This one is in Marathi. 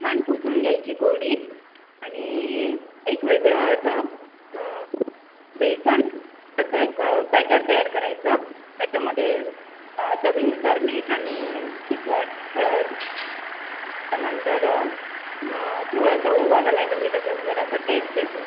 छान पुसून घ्यायची कोरडी आणि एक वेगळं याचं बेसन याचं एक बॅटर तयार करायचं त्याच्यामध्ये चवीनुसार मीठ आणि तिखट हळद त्यानंतर थोडासा ओवा घालायचा म्हणजे त्याचा जरासा टेस्ट येतो